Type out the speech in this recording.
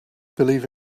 believe